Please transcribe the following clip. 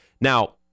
Now